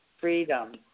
freedom